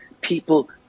People